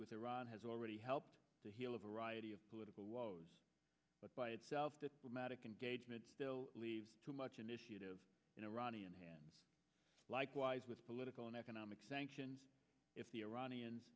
iran has already helped to heal a variety of political woes but by itself diplomatic engagement still leaves too much initiative in iranian hands likewise with political and economic sanctions if the iranians